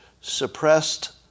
suppressed